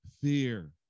fear